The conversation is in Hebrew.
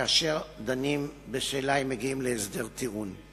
כאשר דנים בשאלה אם מגיעים להסדר טיעון.